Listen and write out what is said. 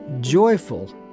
joyful